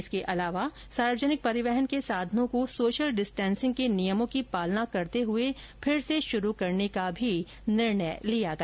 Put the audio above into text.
इसके अलावा सार्वजनिक परिवहन के साधनों को सोशल डिस्टेंसिंग के नियमों की पालना करते हुए फिर से शुरू करने का भी निर्णय लिया गया